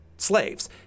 Slaves